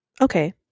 Okay